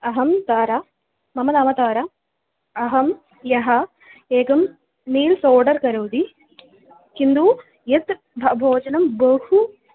अहं तारा मम नाम तारा अहं ह्यः एकं मील्स् ओडर् करोति किन्तु यत् भ भोजने बहु